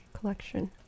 collection